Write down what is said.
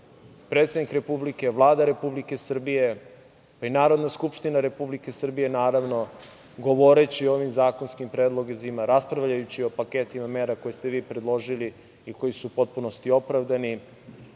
predsednik Republike, Vlada Republike Srbije i Narodna skupština Republike Srbije, naravno, govoreći o ovim zakonskim predlozima, raspravljajući o paketima mera koje ste vi predložili i koji su u potpunosti opravdani,